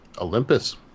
Olympus